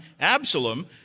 Absalom